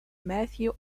matthew